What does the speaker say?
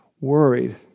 worried